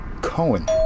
Cohen